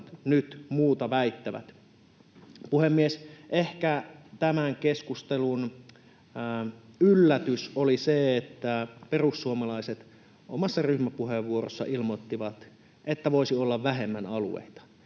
nyt muuta väittävät. Puhemies! Ehkä tämän keskustelun yllätys oli se, että perussuomalaiset omassa ryhmäpuheenvuorossaan ilmoittivat, että voisi olla vähemmän alueita.